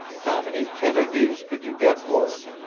how many kennedees could you get for it?